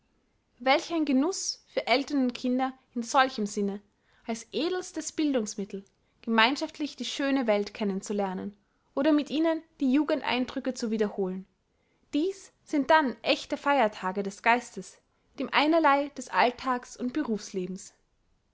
welch ein genuß für eltern und kinder in solchem sinne als edelstes bildungsmittel gemeinschaftlich die schöne welt kennen zu lernen oder mit ihnen die jugendeindrücke zu wiederholen dies sind dann ächte feiertage des geistes dem einerlei des alltags und berufslebens